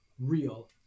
real